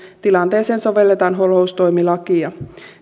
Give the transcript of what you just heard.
tilanteeseen sovelletaan holhoustoimilakia